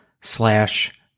slash